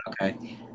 Okay